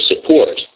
support